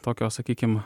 tokios sakykim